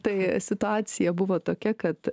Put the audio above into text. tai situacija buvo tokia kad